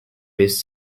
his